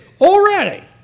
already